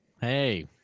Hey